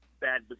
bad